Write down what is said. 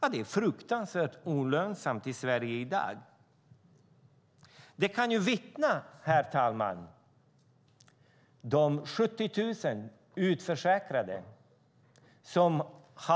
Det är fruktansvärt olönsamt i Sverige i dag. Detta kan de 70 000 utförsäkrade vittna om.